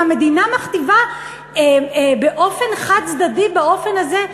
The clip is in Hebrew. המדינה מכתיבה באופן חד-צדדי, באופן הזה,